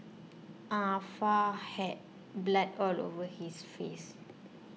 Ah Fa had blood all over his face